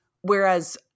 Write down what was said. Whereas